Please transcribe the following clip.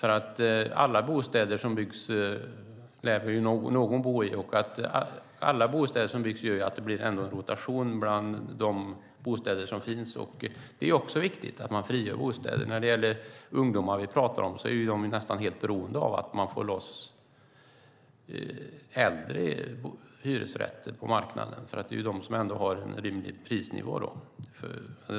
I alla bostäder som byggs lär ju någon bo. Och alla bostäder som byggs gör att det ändå blir en rotation bland de bostäder som finns. Det är också viktigt att man frigör bostäder. Ungdomar, som vi pratar om, är nästan helt beroende av att man får loss äldre hyresrätter på marknaden. Det är ju de som har en rimlig prisnivå.